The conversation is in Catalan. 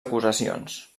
acusacions